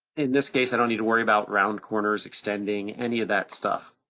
in this case, i don't need to worry about round corners extending, any of that stuff.